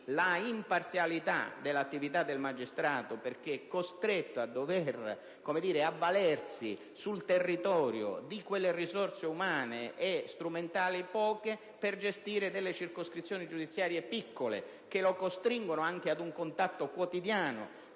l'imparzialità dell'attività del magistrato, costretto ad avvalersi sul territorio di quelle scarse risorse umane e strumentali per gestire delle circoscrizioni giudiziarie piccole, che lo costringono anche un contatto quotidiano